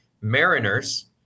Mariners